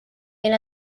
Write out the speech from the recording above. and